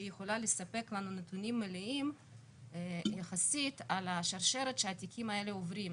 שיכולה לספק לנו נתונים מלאים יחסית על השרשרת שהתיקים האלה עוברים.